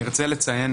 נרצה לציין,